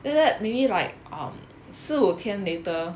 and after that maybe like um 四五天 later